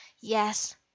Yes